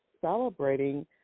celebrating